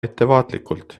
ettevaatlikult